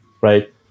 right